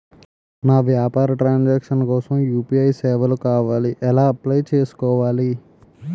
నా వ్యాపార transaction కోసం యు.పి.ఐ సేవలు కావాలి ఎలా అప్లయ్ చేసుకోవాలి?